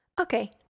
Okay